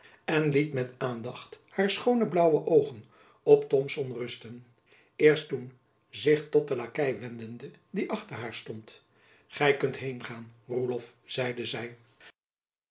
en liet met aandacht haar schoone blaauwe oogen op thomson rusten eerst toen zich tot den lakei wendende die achter haar stond gy kunt heen gaan roelof zeide zy